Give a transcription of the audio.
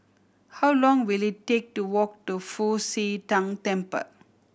how long will it take to walk to Fu Xi Tang Temple